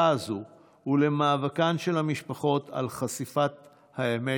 הזו ולמאבקן של המשפחות על חשיפת האמת.